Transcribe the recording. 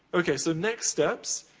okay, so, next step.